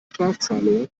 strafzahlungen